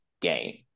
game